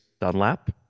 Dunlap